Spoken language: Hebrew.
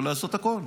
ולעשות הכול,